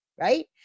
right